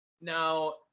now